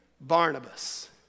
Barnabas